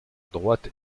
droite